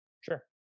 Sure